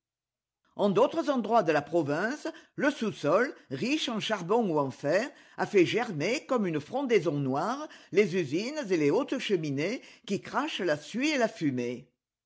en d'autres endroits de la province le soussol riche en charbon ou en fer a fait germer comme une frondaison noire les usines et les hautes cheminées qui crachent la suie et la fumée